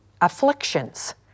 afflictions